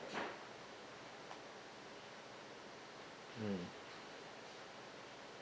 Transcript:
mm